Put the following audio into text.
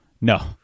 No